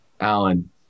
Alan